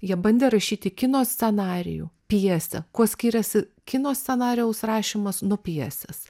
jie bandė rašyti kino scenarijų pjesę kuo skiriasi kino scenarijaus rašymas nuo pjesės